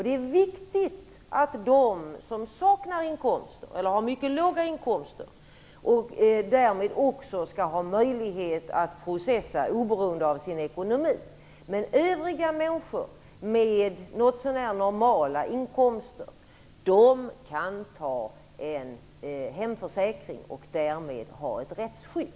Det är viktigt att de som saknar eller har mycket låga inkomster skall ha möjlighet att processa oberoende av sin ekonomi. Men övriga människor med något så när normala inkomster kan teckna en hemförsäkring och därmed få ett rättsskydd.